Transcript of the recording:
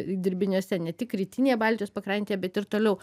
dirbiniuose ne tik rytinėje baltijos pakrantėje bet ir toliau